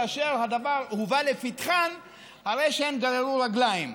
כאשר הדבר הובא לפתחן הרי שהן גררו רגליים.